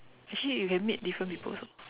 actually you can meet different people also